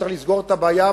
צריך לסגור את הבעיה,